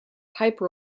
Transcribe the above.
pipe